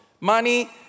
Money